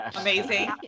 Amazing